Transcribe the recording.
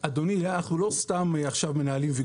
אדוני, אנחנו לא סתם מנהלים עכשיו ויכוח.